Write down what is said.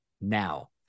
now